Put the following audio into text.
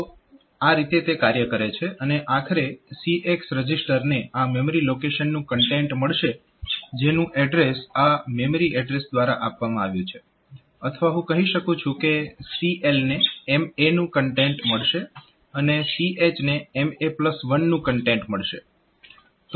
તો આ રીતે તે કાર્ય કરે છે અને આખરે CX રજીસ્ટરને આ મેમરી લોકેશનનું કન્ટેન્ટ મળશે જેનું એડ્રેસ આ મેમરી એડ્રેસ દ્વારા આપવામાં આવ્યું છે અથવા હું કહી શકું છું કે CL ને MA નું કન્ટેન્ટ મળશે અને CH ને MA1 નું કન્ટેન્ટ મળશે